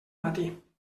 matí